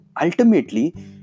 ultimately